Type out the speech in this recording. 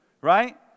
right